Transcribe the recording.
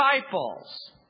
disciples